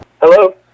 Hello